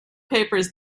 papers